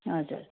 हजुर